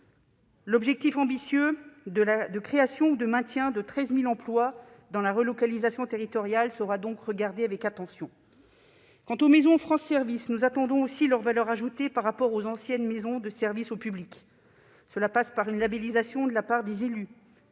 L'objectif ambitieux de création ou de maintien de 13 000 emplois dans la relocalisation territoriale sera donc regardé avec attention. Quant aux maisons France Services, nous attendons aussi de constater leur valeur ajoutée par rapport aux anciennes maisons de services au public (MSAP). Cela passe par une labellisation de la part des élus.